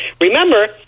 Remember